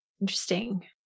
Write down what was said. Interesting